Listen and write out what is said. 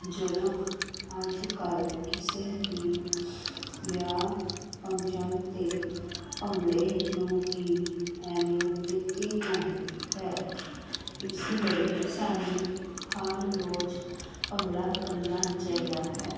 ਜਦੋਂ ਅੱਜ ਕੱਲ੍ਹ ਕਿਸੇ ਵੀ ਵਿਆਹ ਫੰਕਸ਼ਨ 'ਤੇ ਭੰਗੜੇ ਨੂੰ ਹੀ ਅਹਿਮੀਅਤ ਦਿੱਤੀ ਜਾਂਦੀ ਹੈ ਇਸ ਲਈ ਸਾਨੂੰ ਹਰ ਰੋਜ਼ ਭੰਗੜਾ ਕਰਨਾ ਚਾਹੀਦਾ ਹੈ